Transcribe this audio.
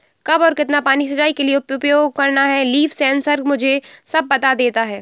कब और कितना पानी सिंचाई के लिए उपयोग करना है लीफ सेंसर मुझे सब बता देता है